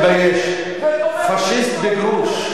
אתה צריך להתבייש, פאשיסט בגרוש.